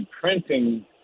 printing